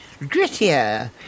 grittier